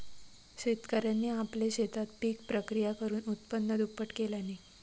शेतकऱ्यांनी आपल्या शेतात पिक प्रक्रिया करुन उत्पन्न दुप्पट केल्यांनी